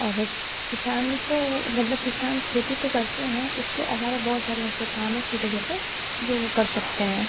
औरत किसान तो मतलब किसान खेती तो करते हैं उसके अलावा बहुत सारे ऐसे काम हैं छोटे छोटे जो वो कर सकते हैं